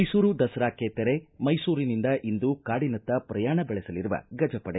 ಮೈಸೂರು ದಸರಾಕ್ಕೆ ತೆರೆ ಮೈಸೂರಿನಿಂದ ಇಂದು ಕಾಡಿನತ್ತ ಪ್ರಯಾಣ ಬೆಳೆಸಲಿರುವ ಗಜ ಪಡೆ